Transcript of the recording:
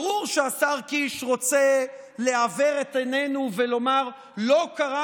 ברור שהשר קיש רוצה לעוור את עינינו ולומר: לא קרה